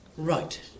Right